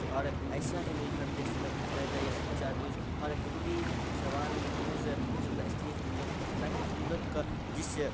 اور ایسا ہی نیوز ہر دیش میں رہنا چاہیے سچا نیوز اور ہندی زبان میں نیوز سننا اس لیے ہم لوگ پسند آئے کہ ہم لوگ کا جس